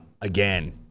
again